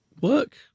work